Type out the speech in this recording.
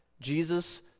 Jesus